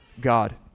God